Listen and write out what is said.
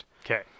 Okay